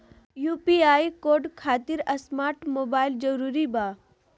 UPI code खातिर smart mobile जरूरी बा?